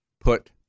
put